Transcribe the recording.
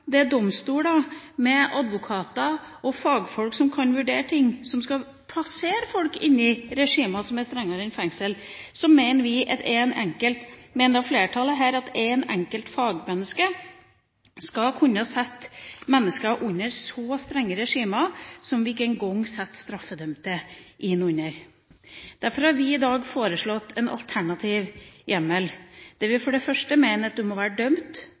det er domstoler, med advokater og fagfolk som kan vurdere, som skal plassere folk inn i regimer som er strengere enn fengsel, mener flertallet her at én enkelt fagperson skal kunne sette mennesker inn under så strenge regimer, som vi ikke engang setter straffedømte inn under. Derfor har vi i dag foreslått en alternativ hjemmel. Det vil for det første bety at du må være dømt